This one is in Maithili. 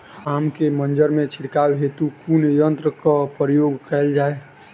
आम केँ मंजर मे छिड़काव हेतु कुन यंत्रक प्रयोग कैल जाय?